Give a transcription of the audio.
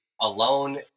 alone